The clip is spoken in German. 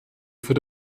für